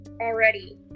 already